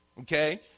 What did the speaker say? okay